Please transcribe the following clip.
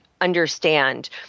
understand